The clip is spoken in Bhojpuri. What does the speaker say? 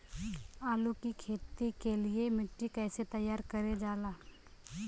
आलू की खेती के लिए मिट्टी कैसे तैयार करें जाला?